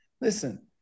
Listen